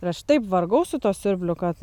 ir aš taip vargau su tuo siurbliu kad